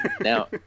Now